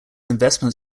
investment